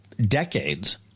decades